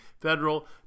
federal